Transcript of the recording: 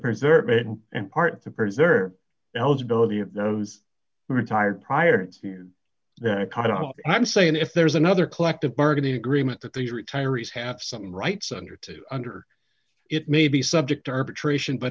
preserve it and part to preserve eligibility of those retired prior to that caught up i'm saying if there's another collective bargaining agreement that the retirees have some rights under to under it may be subject to arbitration but